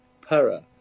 Para